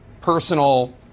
personal